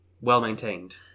Well-Maintained